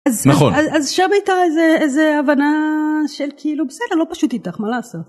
אז נכון אז שם הייתה איזה הבנה של כאילו בסדר לא פשוט איתך מה לעשות.